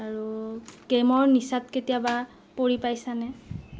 আৰু গেমৰ নিচাত কেতিয়াবা পৰি পাইছানে